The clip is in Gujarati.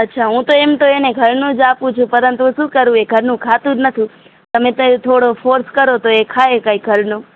અચ્છા હું તો એમ તો એને ઘરનું જ આપું છું પરંતુ શું કરું એ ઘરનું ખાતું જ નથી તમે ત્યાં થોડો ફોર્સ કરો તો એ ખાય કાંઈ ઘરનું